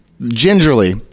gingerly